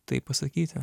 tai pasakyti